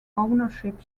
ownership